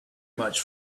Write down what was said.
much